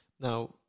Now